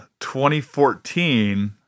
2014